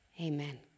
amen